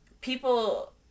people